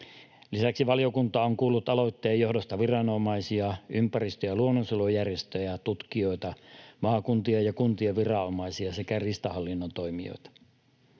Lisäksi valiokunta on kuullut aloitteen johdosta viranomaisia, ympäristö- ja luonnonsuojelujärjestöjä, tutkijoita, maakuntien ja kuntien viranomaisia sekä riistahallinnon toimijoita.